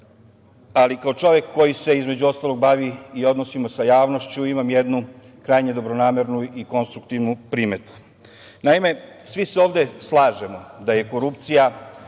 ali kao čovek koji se između ostalog bavi i odnosima sa javnošću imam jednu krajnje dobronamernu i konstruktivnu primedbu. Naime, svi se ovde slažemo da je korupcija